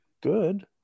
good